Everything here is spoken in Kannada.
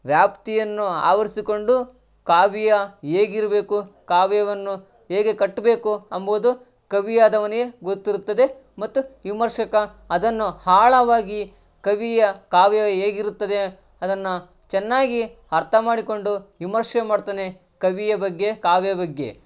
ವ್ಯಾಪ್ತಿಯನ್ನು ಆವರಿಸಿಕೊಂಡು ಕಾವ್ಯ ಹೇಗಿರ್ಬೇಕು ಕಾವ್ಯವನ್ನು ಹೇಗೆ ಕಟ್ಟಬೇಕು ಎಂಬುವುದು ಕವಿಯಾದವನಿಗೆ ಗೊತ್ತಿರುತ್ತದೆ ಮತ್ತು ವಿಮರ್ಶಕ ಅದನ್ನು ಆಳವಾಗಿ ಕವಿಯ ಕಾವ್ಯ ಹೇಗಿರುತ್ತದೆ ಅದನ್ನು ಚೆನ್ನಾಗಿ ಅರ್ಥ ಮಾಡಿಕೊಂಡು ವಿಮರ್ಶೆ ಮಾಡ್ತಾನೆ ಕವಿಯ ಬಗ್ಗೆ ಕಾವ್ಯ ಬಗ್ಗೆ